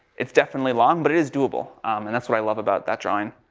it's definitely long, but it is do-able. and that's what i love about that drawing.